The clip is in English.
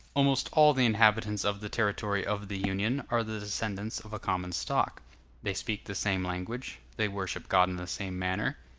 almost all the inhabitants of the territory of the union are the descendants of a common stock they speak the same language, they worship god in the same manner,